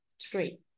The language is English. three